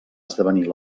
esdevenir